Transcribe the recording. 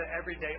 everyday